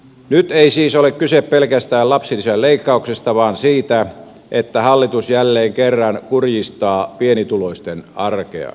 nyt ei siis ole kyse pelkästään lapsilisän leikkauksesta vaan siitä että hallitus jälleen kerran kurjistaa pienituloisten arkea